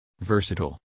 Versatile